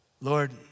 Lord